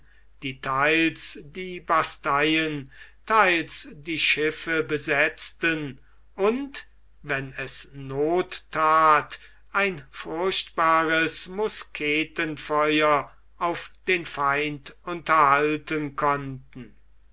theils die basteien theils die schiffe besetzten und wenn es noth that ein furchtbares musketenfeuer auf den feind unterhalten konnten